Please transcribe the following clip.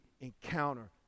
encounter